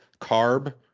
carb